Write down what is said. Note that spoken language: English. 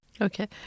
Okay